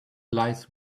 lies